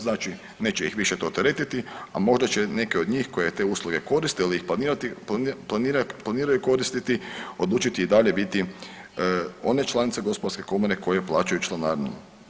Znači neće ih više to teretiti, a možda će neke od njih koje te usluge koriste ili ih planirati, planiraju koristiti odlučiti i dalje biti one članice gospodarske komore koje plaćaju članarinu.